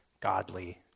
godly